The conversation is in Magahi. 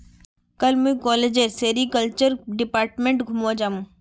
कल मुई कॉलेजेर सेरीकल्चर डिपार्टमेंट घूमवा जामु